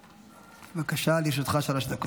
היושב-ראש.